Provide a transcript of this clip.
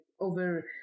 over